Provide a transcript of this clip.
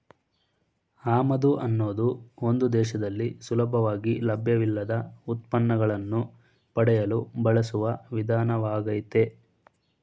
ಆಮದು ಅನ್ನೋದು ಒಂದು ದೇಶದಲ್ಲಿ ಸುಲಭವಾಗಿ ಲಭ್ಯವಿಲ್ಲದ ಉತ್ಪನ್ನಗಳನ್ನು ಪಡೆಯಲು ಬಳಸುವ ವಿಧಾನವಾಗಯ್ತೆ